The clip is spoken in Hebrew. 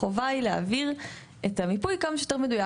החובה היא להעביר מיפוי כמה שיותר מדויק.